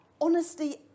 Honesty